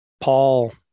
Paul